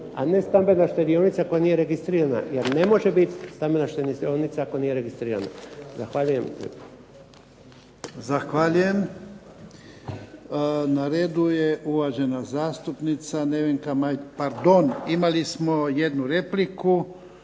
a ne stambena štedionica koja nije registrirana, jer ne može biti stambena štedionica ako nije registrirana. Zahvaljujem. **Jarnjak, Ivan (HDZ)** Zahvaljujem. Na redu je uvažena zastupnica Nevenka. Pardon. Imali smo jednu repliku,